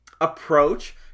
approach